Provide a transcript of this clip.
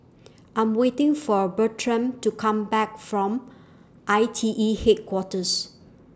I Am waiting For Bertram to Come Back from I T E Headquarters